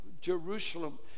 Jerusalem